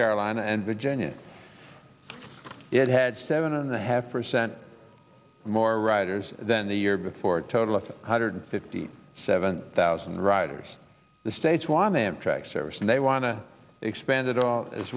carolina and virginia it had seven and a half percent more riders than the year before total of two hundred fifty seven thousand riders the state's one amtrak service and they want to expand it all as